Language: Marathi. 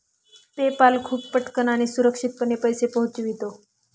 पेपाल खूप पटकन आणि सुरक्षितपणे पैसे पोहोचविते